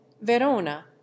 verona